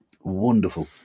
wonderful